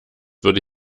würde